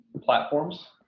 platforms